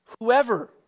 whoever